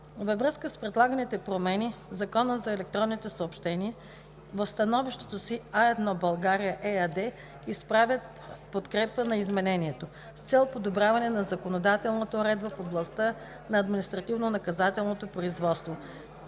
Във връзка с предлаганите промени в Закона за електроните съобщения в становището си „А1 България“ ЕАД изразяват подкрепа на изменението, с цел подобряване на законодателната уредба в областта на административнонаказателното производство,